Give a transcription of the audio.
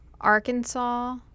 Arkansas